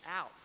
out